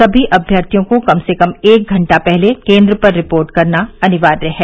सभी अभ्यार्थियों को कम से कम एक घंटा पहले केंद्र पर रिपोर्ट करना अनिवार्य है